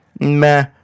meh